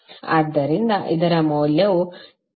ಆದ್ದರಿಂದ ಇದರ ಮೌಲ್ಯವು 17